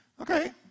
Okay